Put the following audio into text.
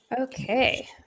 Okay